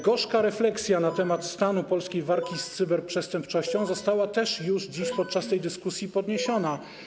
Gorzka refleksja na temat stanu polskiej walki z cyberprzestępczością też została już dziś podczas tej dyskusji podniesiona.